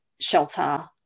shelter